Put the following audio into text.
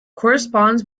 corresponds